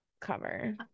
cover